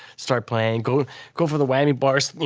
start playing, go go for the whammy bars,